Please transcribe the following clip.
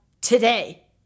today